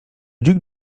duc